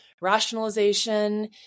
rationalization